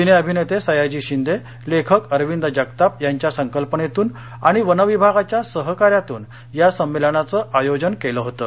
सिनेअभिनेते सयाजी शिंदे लेखक अरविंद जगताप यांच्या संकल्पनेतून आणि वन विभागाच्या सहकार्यातून या संमेलनाचं आयोजन केलं होतं